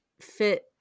fit